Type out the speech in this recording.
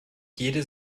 jede